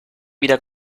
wieder